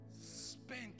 spent